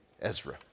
Ezra